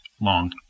long